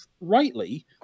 rightly